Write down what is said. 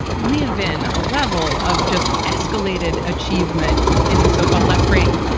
live in a level of just escalated achievement in the so-called left brain.